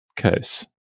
case